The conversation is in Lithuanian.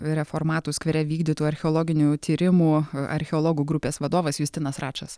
reformatų skvere vykdytų archeologinių tyrimų archeologų grupės vadovas justinas račas